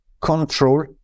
control